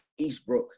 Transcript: Eastbrook